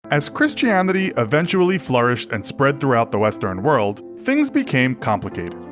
as christianity eventually flourished and spread throughout the western world, things became complicated.